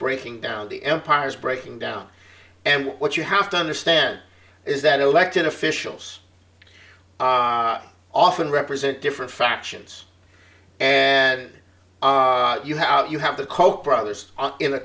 breaking down the empires breaking down and what you have to understand is that elected officials often represent different factions and you have out you have the koch brothers are in a